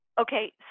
Okay